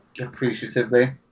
appreciatively